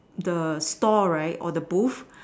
the stall right or the booth